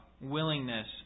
willingness